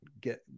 get